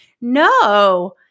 No